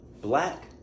Black